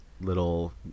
little